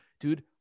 dude